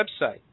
website